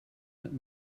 that